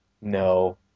No